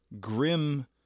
grim